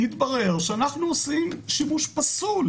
יתברר שאנחנו עושים שימוש פסול